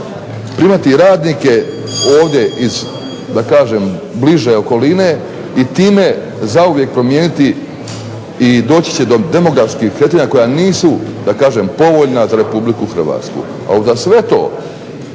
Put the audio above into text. primati radnike ovdje iz da kažem bliže okoline i time zauvijek promijeniti i doći će do demografskih kretanja koja nisu povoljna za RH. A uza sve to